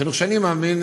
בחינוך שאני מאמין,